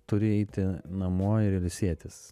turi eiti namo ir ilsėtis